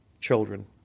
children